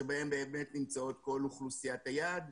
שבהן באמת נמצאות כל אוכלוסיות היעד.